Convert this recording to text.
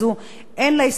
אין הסתייגויות.